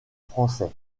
français